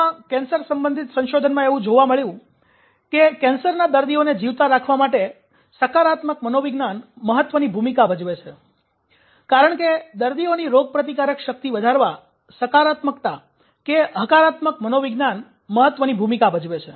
તાજેતરમાં કેન્સર સંબંધિત સંશોધનમાં એવું જોવા મળ્યું કે કેન્સરના દર્દીઓને જીવતા રાખવા માટે સકારાત્મક મનોવિજ્ઞાન મહત્વની ભૂમિકા ભજવે છે કારણ કે દર્દીઓની રોગપ્રતિકારક શક્તિ વધારવા સકારાત્મકતા કે હકારાત્મક મનોવિજ્ઞાન મહત્વ ની ભૂમિકા ભજવે છે